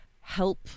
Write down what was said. help